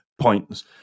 points